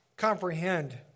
comprehend